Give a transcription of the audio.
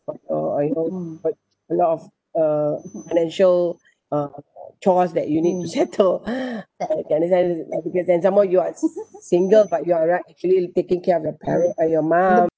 uh uh you know got a lot of uh financial uh chores that you need to settle understand and some more you are single but you are right actually taking care of your parents uh your mom